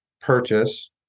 purchase